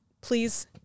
please